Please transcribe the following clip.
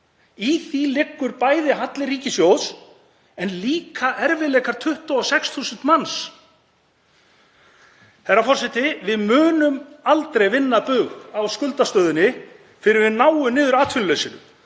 Í því liggur bæði halli ríkissjóðs en líka erfiðleikar 26.000 manna. Herra forseti. Við munum aldrei vinna bug á skuldastöðunni fyrr en við náum niður atvinnuleysinu.